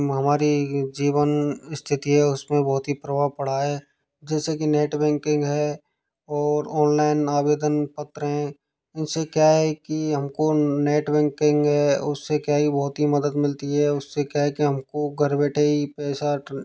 हमारी जीवन स्थिथि है उसमे बहुत ही प्रभाव पड़ा है जैसे कि नेट बैंकिंग है और ऑनलाइन आवेदन पत्र है इनसे क्या है कि हमको नेट बैंकिंग है उससे क्या ही बहुत ही मदद मिलती है उससे क्या है कि हमको घर बैठे ही पैसा